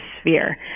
sphere